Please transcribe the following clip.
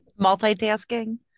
multitasking